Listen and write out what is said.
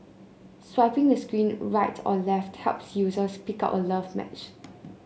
swiping the screen right of left helps users pick out a love match